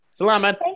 Salamat